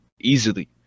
easily